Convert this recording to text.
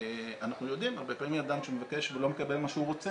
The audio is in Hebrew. אנחנו יודעים שהרבה פעמים אדם שמבקש ולא מקבל מה שהוא רוצה